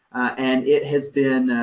and it has been,